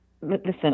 listen